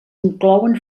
inclouen